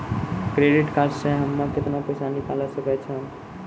Credit card से हम्मे केतना पैसा निकाले सकै छौ?